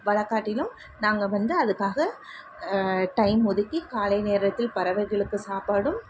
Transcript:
வளர்க்காட்டிலும் நாங்கள் வந்து அதுக்காக டைம் ஒதுக்கி காலை நேரத்தில் பறவைகளுக்கு சாப்பாடும்